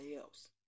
else